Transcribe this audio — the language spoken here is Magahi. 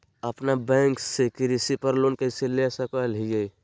अपना बैंक से कृषि पर लोन कैसे ले सकअ हियई?